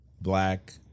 Black